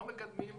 לא מקדמים.